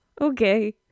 okay